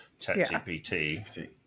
ChatGPT